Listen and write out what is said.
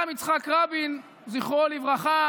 גם יצחק רבין זכרו לברכה